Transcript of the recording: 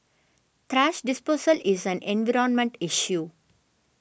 thrash disposal is an environmental issue